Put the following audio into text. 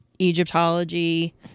Egyptology